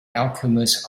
alchemist